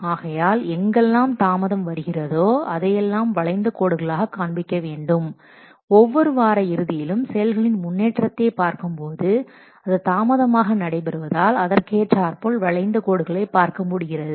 ஆகையால் எங்கெல்லாம் தாமதம் வருகிறதோ அதையெல்லாம் வளைந்த கோடுகளாக காண்பிக்க வேண்டும் ஒவ்வொரு வார இறுதியிலும் செயல்களின் முன்னேற்றத்தை பார்க்கும்போது அது தாமதமாக நடைபெறுவதால் அதற்கேற்றார்போல் வளைந்த கோடுகளை பார்க்கமுடிகிறது